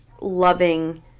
loving